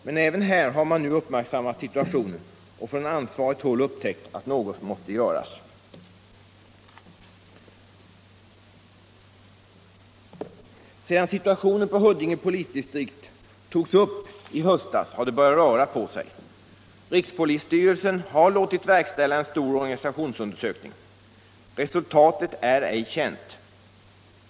Men även här har man nu uppmärksammat situationen och från ansvarigt håll upptäckt att något måste göras. Sedan situationen för Huddinge polisdistrikt togs upp i höstas har det börjat röra på sig. Rikspolisstyrelsen har låtit verkställa en stor organisationsundersökning. Resultatet är ej känt.